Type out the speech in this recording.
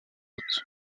autres